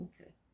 Okay